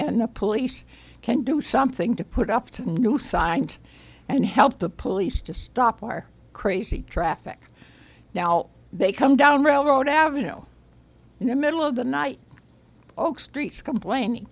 and the police can do something to put up to new signed and help the police to stop our crazy traffic now they come down railroad avenue in the middle of the night okes streets complain